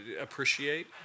appreciate